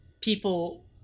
people